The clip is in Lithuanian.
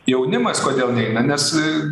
jaunimas kodėl neina nes